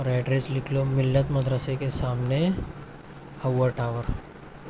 اور ایڈریس لکھ لو ملت مدرسے کے سامنے حوا ٹاور